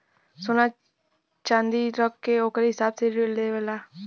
सोना च्नादी रख के ओकरे हिसाब से ऋण देवेला